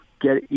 get